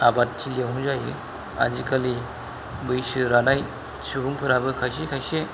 आबाद थिलियावनो जायो आजिखालि बैसो रानाय सुबुंफोराबो खायसे खायसे